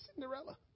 cinderella